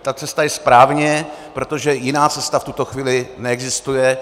Ta cesta je správně, protože jiná cesta v tuto chvíli neexistuje.